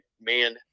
man